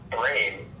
brain